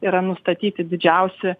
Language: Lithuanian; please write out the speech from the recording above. yra nustatyti didžiausi